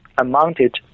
amounted